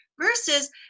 versus